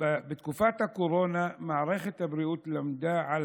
בתקופת הקורונה מערכת הבריאות למדה על